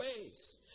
ways